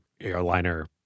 airliner